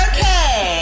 Okay